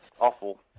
Awful